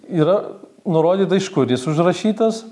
yra nurodyta iš kur jis užrašytas